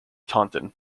taunton